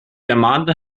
ermahnte